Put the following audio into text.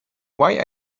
why